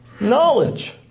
knowledge